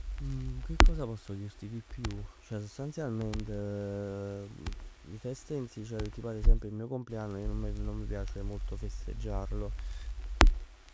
Che cosa posso dirti di più? Ceh sostanzialment le feste in se. Ceh ad esempio il mio compleanno io non mi piace molto festeggiarlo,